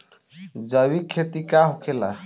जैविक खेती का होखेला?